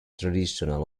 traditional